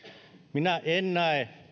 minä en näe